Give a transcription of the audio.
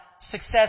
success